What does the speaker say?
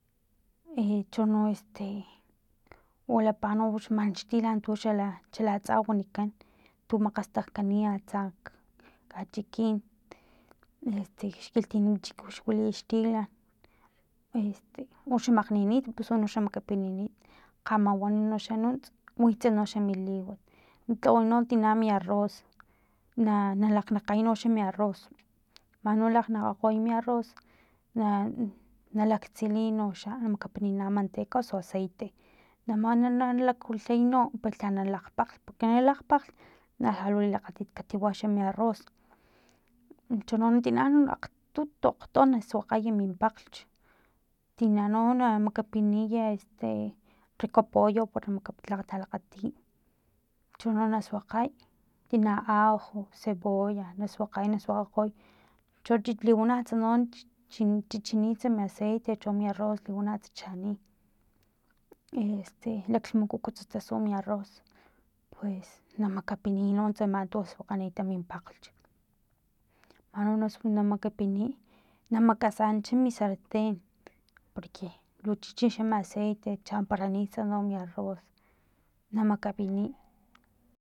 I chono este wilapuxa maka no man xtilan tuxala xalatsa wanikan tu makgastajkani atsak kachikin i este xkiltin chik xwili xtilan este uxa makgninit uxa makapininit kgamawan no xa nunts witsa no xa mi liwat na tlaway no tina mi arroz na nalakgnakgay noxa mi arroz manno na lakgnakgakgoy mi arroz na nalaktsiliy noxa makapiniy no manteca osu aceite namana nalakwilhay no palha na lakgpakglh porque pa nalakgpakglh na lhalu lilakgatit xa katiwa mi arroz chono tina na akgtut akgtat na suakgay min pakglhch tina no na makapiniya este rico pollo para talakgatiy cbhono na suakgay tina ajo cebolla na suakgay na suakgakgoy cho liwanatsa chi chichinitsa mi aceite cho mi arroz liwanatsa chani este laklhmukukutsa tasu mi arroz pues na makapiniy no tsama tu sualganit min pakglhch man no na makapiniy na makasanacha mi sarten porque lu chichi xa mi aceite chaparanits mi arroz na makapiniy